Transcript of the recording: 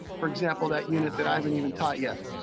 for example, that unit that i haven't even taught yet.